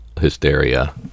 hysteria